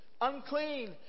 unclean